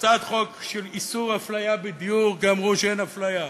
הצעת חוק של איסור אפליה בדיור כי אמרו שאין אפליה,